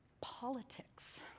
Politics